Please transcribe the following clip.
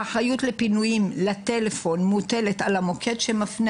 האחריות לפינויים לטלפון מוטלת על המוקד שמפנה